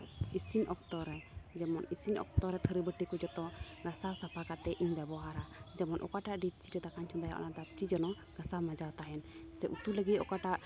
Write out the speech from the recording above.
ᱤᱥᱤᱱ ᱚᱠᱛᱚ ᱨᱮ ᱡᱮᱢᱚᱱ ᱤᱥᱤᱱ ᱚᱠᱛᱚ ᱨᱮ ᱡᱮᱢᱚᱱ ᱛᱷᱟᱹᱨᱤᱼᱵᱟᱹᱴᱤ ᱠᱚ ᱡᱚᱛᱚ ᱜᱟᱥᱟᱣ ᱥᱟᱯᱷᱟ ᱠᱟᱛᱮᱫ ᱤᱧ ᱵᱮᱵᱚᱦᱟᱨᱟ ᱡᱮᱢᱚᱱ ᱚᱠᱟᱴᱟᱜ ᱰᱮᱠᱪᱤ ᱨᱮ ᱫᱟᱠᱟᱧ ᱪᱚᱸᱫᱟᱭᱟ ᱚᱱᱟᱴᱟᱜ ᱰᱮᱠᱪᱤ ᱡᱮᱱᱚ ᱜᱟᱥᱟᱣ ᱢᱟᱡᱟᱣ ᱛᱟᱦᱮᱱ ᱥᱮ ᱩᱛᱩᱭ ᱞᱟᱹᱜᱤᱫ ᱚᱠᱟᱴᱟᱜ